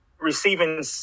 receiving